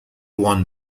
won